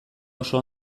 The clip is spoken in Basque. oso